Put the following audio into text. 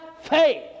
faith